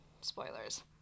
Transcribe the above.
Spoilers